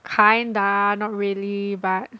kinda not really but